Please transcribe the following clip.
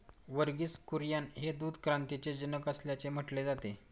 वर्गीस कुरियन हे दूध क्रांतीचे जनक असल्याचे म्हटले जाते